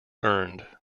earned